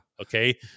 Okay